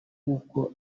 nk’uko